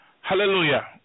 Hallelujah